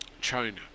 China